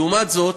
לעומת זאת,